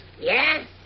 Yes